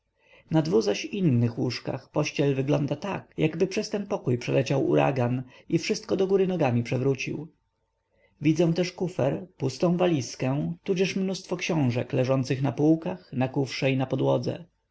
zaś innych łóżkach pościel wygląda tak jakby przez ten pokój przeleciał uragan i wszystko do góry nogami przewrócił widzę też kufer pustą walizkę tudzież mnóstwo książek leżących na półkach na kufrze i na podłodze